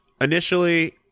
initially